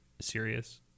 serious